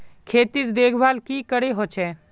खेतीर देखभल की करे होचे?